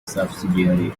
subsidiary